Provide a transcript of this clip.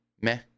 meh